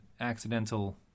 accidental